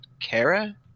Kara